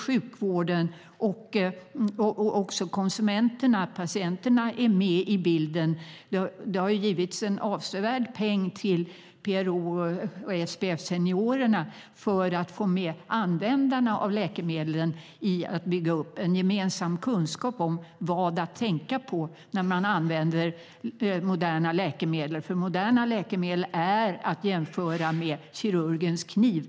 Sjukvården, konsumenterna och patienterna är med i bilden. Det har givits en avsevärd peng till PRO och SPF Seniorerna för att få med användarna av läkemedlen i att bygga upp en gemensam kunskap om vad man ska tänka på när man använder moderna läkemedel. Dessa är att jämföra med kirurgens kniv.